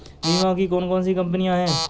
बीमा की कौन कौन सी कंपनियाँ हैं?